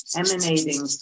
emanating